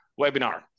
webinar